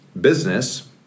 business